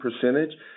percentage